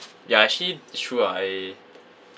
ya actually it's true ah I